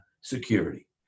security